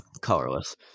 colorless